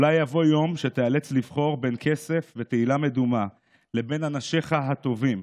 / אולי יבוא יום שתיאלץ לבחור בין כסף ותהילה מדומה לבין אנשיך הטובים,